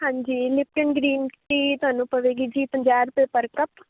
ਹਾਂਜੀ Lipton green tea ਤੁਹਾਨੂੰ ਪਵੇਗੀ ਜੀ ਪੰਜਾਹ ਰੁਪਏ ਪਰ ਕੱਪ